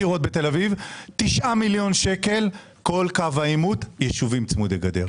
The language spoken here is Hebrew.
9 מיליון שקל כל קו העימות יישובים צמודי גדר.